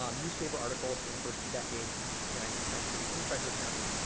um newspaper articles from the first two decades in the nineteenth century in frederick county,